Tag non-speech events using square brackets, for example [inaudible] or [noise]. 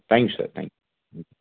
thanks sir [unintelligible] ம்